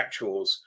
actuals